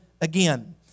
again